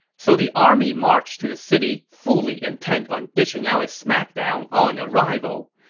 so the army marched to the city fully intent on dishing out a smackdown on arrival,